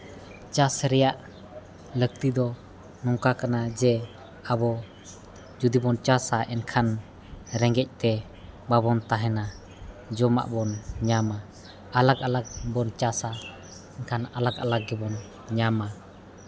ᱪᱟᱥ ᱨᱮᱭᱟᱜ ᱞᱟᱹᱠᱛᱤ ᱫᱚ ᱱᱚᱝᱠᱟ ᱠᱟᱱᱟ ᱡᱮ ᱟᱵᱚ ᱡᱩᱫᱤ ᱵᱚᱱ ᱪᱟᱥᱟ ᱮᱱᱠᱷᱟᱱ ᱨᱮᱸᱜᱮᱡ ᱛᱮ ᱵᱟᱵᱚᱱ ᱛᱟᱦᱮᱱᱟ ᱡᱚᱢᱟᱜ ᱵᱚᱱ ᱧᱟᱢᱟ ᱟᱞᱟᱜᱽᱼᱟᱞᱟᱜᱽ ᱵᱚᱱ ᱪᱟᱥᱟ ᱠᱷᱟᱱ ᱟᱞᱟᱜᱽᱼᱟᱞᱟᱜᱽ ᱜᱮᱵᱚᱱ ᱧᱟᱢᱟ